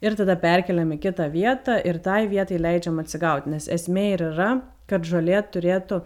ir tada perkeliam į kitą vietą ir tai vietai leidžiama atsigaut nes esmė ir yra kad žolė turėtų